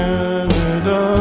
Canada